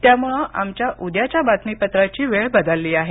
त्यामुळे आमच्या उद्याच्या बातमीपत्राची वेळ बदलली आहे